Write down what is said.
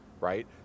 right